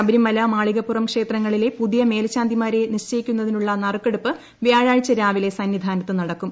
ശബരിമല മാളികപ്പുറം ക്ഷേത്രങ്ങളിലെ പുതിയ മേൽശാന്തിമാരെ നിശ്ചയിക്കുന്നതിനുള്ള നറുക്കെടുപ്പു വ്യാഴാഴ്ച രാവിലെ സന്നിധാനത്തു നടക്കും